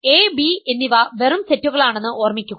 A B എന്നിവ വെറും സെറ്റുകളാണെന്ന് ഓർമ്മിക്കുക